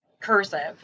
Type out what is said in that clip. cursive